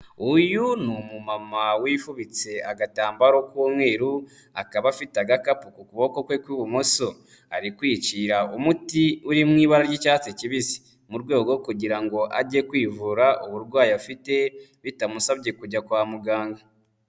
Uyu ni umumama wifubitse agatambaro k'umweru, akaba afite agakapu ku kuboko kwe kw'ibumoso, ari kwicira umuti uri mu ibara ry'icyatsi kibisi, mu rwego kugira ngo ajye kwivura uburwayi afite, bitamusabye kujya kwa muganga.